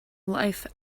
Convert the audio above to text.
life